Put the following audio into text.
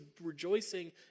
rejoicing